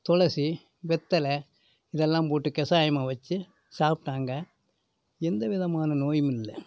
துளசி வெற்றலை இதெல்லாம் போட்டு கசாயமாக வச்சு சாப்பிட்டாங்க எந்த விதமான நோயும் இல்லை